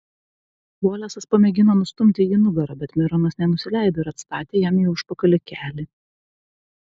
volesas pamėgino nustumti jį nugara bet mironas nenusileido ir atstatė jam į užpakalį kelį